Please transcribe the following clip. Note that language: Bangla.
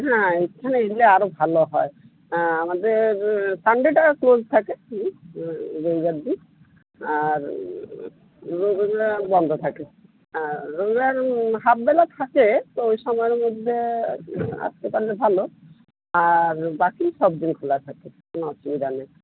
হ্যাঁ এখানে এলে আরও ভালো হয় আমাদের সানডেটা ক্লোজ থাকে হুম রবিবার দিন আর রবিবার বন্ধ থাকে রবিবার হাফ বেলা থাকে তো ওই সময়ের মধ্যে আসতে পারলে ভালো আর বাকি সবদিন খোলা থাকে কোনো অসুবিধা নেই